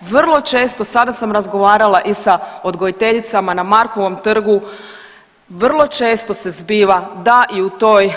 Vrlo često sada sam razgovarala i sa odgojiteljicama i Markovom trgu, vrlo često se zbiva da i u toj